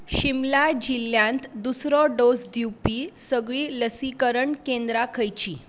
शिमला जिल्ल्यांत दुसरो डोस दिवपी सगळीं लसीकरण केंद्रां खंयचीं